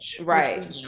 Right